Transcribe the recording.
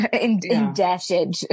indebted